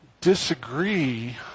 disagree